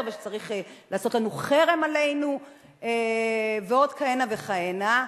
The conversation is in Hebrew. וצריך לעשות חרם עלינו ועד כהנה וכהנה.